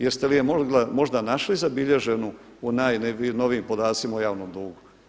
Jeste li je možda našli zabilježenu u najnovijim podacima o javnom dugu?